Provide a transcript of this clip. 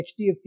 HDFC